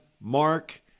Mark